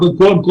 והם כל